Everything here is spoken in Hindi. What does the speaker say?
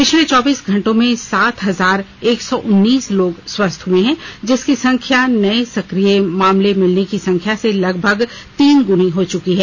पिछले चौबीस घंटों में सात हजार एक सौ उत्रिस लोग स्वस्थ हुए हैं जिसकी संख्या नये सक्रिय मामले मिलने की संख्या से लगभग तीन गुनी हो चुकी है